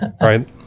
right